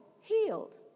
healed